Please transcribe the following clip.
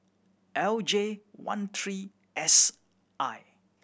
L J one three S I